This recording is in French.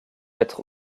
être